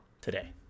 today